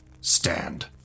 Stand